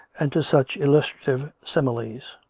and to such illustrative similes